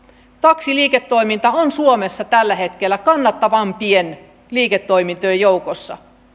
taksiliiketoiminta on suomessa tällä hetkellä kannattavimpien liiketoimintojen joukossa